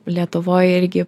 lietuvoj irgi